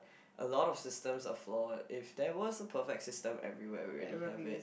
a lot of systems are flawed if there was a perfect system everywhere we already have it